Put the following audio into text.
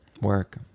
Work